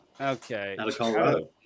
Okay